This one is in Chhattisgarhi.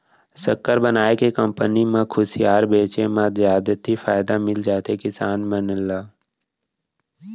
सक्कर बनाए के कंपनी म खुसियार बेचे म जादति फायदा मिल जाथे किसान मन ल